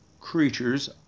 creatures